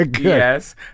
yes